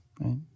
Right